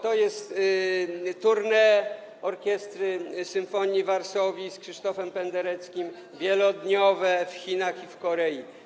To jest tournée orkiestry Sinfonia Varsovia z Krzysztofem Pendereckim, wielodniowe, w Chinach i w Korei.